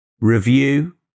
review